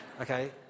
Okay